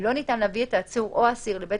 ולא ניתן להביא את העצור או האסיר לבית